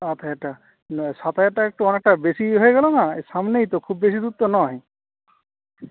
সাত হাজার টাকা সাত হাজার টাকা একটু অনেকটা বেশী হয়ে গেল না সামনেই তো খুব বেশী দূর তো নয়